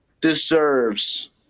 deserves